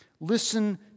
Listen